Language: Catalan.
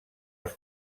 als